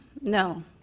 No